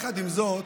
עם זאת,